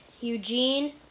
Eugene